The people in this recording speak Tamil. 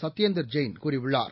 சத்யேந்தர் ஜெயின் கூறியுள்ளார்